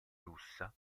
russa